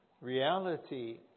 Reality